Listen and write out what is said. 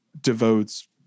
devotes